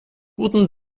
guten